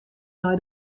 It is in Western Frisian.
nei